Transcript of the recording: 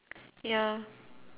ya